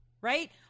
right